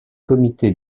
comité